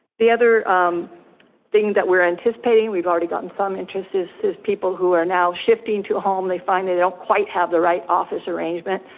the other thing that we're anticipating, we've already gotten some interest, is is people who are now shifting to home, they find they they don't quite have the right office arrangement.